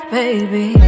baby